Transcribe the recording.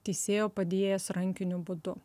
teisėjo padėjėjas rankiniu būdu